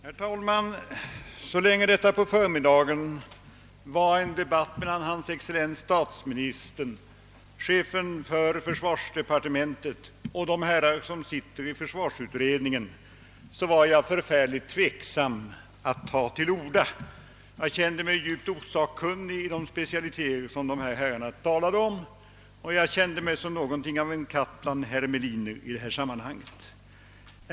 Herr talman! Så länge detta var en debatt mellan hans excellens statsministern, chefen för försvarsdepartementet och de herrar som sitter i försvarsutredningen var jag förfärligt tveksam att ta till orda. Jag kände mig djupt osakkunnig i de specialiteter som dessa herrar talade om, ja, jag kände mig som någonting av en katt bland hermeliner i detta sammanhang.